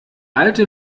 alte